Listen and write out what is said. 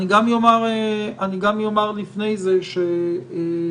אומר לפני כן שלדעתי